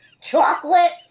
Chocolate